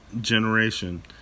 generation